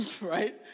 right